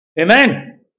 Amen